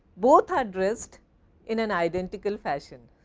both are dressed in an identical fashion,